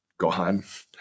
gohan